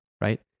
right